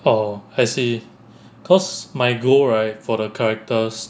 oh I see cause my goal right for the characters